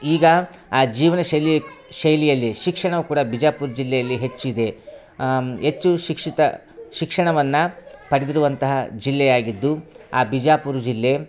ಈಗ ಆ ಜೀವನ ಶೈಲಿ ಶೈಲಿಯಲ್ಲಿ ಶಿಕ್ಷಣವೂ ಕೂಡ ಬಿಜಾಪುರ ಜಿಲ್ಲೆಯಲ್ಲಿ ಹೆಚ್ಚಿದೆ ಹೆಚ್ಚು ಶಿಕ್ಷಿತ ಶಿಕ್ಷಣವನ್ನು ಪಡೆದಿರುವಂಥ ಜಿಲ್ಲೆಯಾಗಿದ್ದು ಆ ಬಿಜಾಪುರ ಜಿಲ್ಲೆ